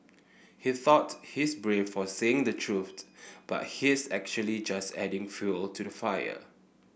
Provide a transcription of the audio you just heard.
he thought he's brave for saying the truth but he's actually just adding fuel to the fire